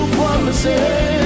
promises